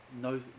no